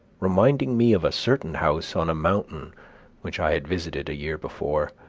reminding me of a certain house on a mountain which i had visited a year before.